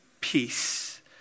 Peace